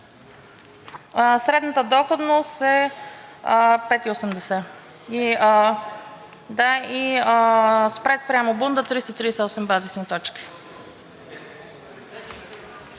Средната доходност е 5,80% и спреда спрямо бунда – 338 базисни точки.